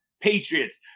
patriots